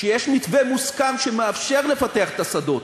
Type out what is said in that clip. שיש מתווה מוסכם שמאפשר לפתח את השדות,